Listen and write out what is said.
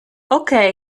okej